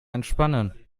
entspannen